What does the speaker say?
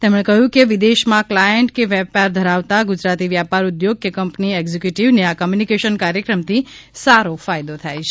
તેમને કહ્યું કે વિદેશમાં ક્લાયન્ટ કે વ્યાપાર ધરાવતા ગુજરાતી વ્યાપાર ઉદ્યોગ કે કંપની એક્ઝિક્યુટિવને આ કોમ્યુનિકેશન કાર્યક્રમ થી સારો ફાયદો થયો છે